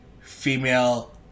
female